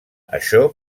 això